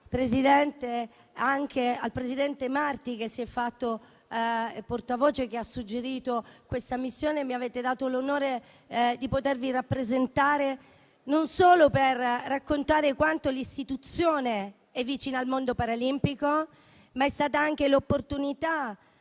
anche al presidente Marti che si è fatto portavoce e ha suggerito questa missione; mi avete dato l'onore di potervi rappresentare per raccontare quanto l'Istituzione sia vicina al mondo paralimpico. Ed è stata anche l'occasione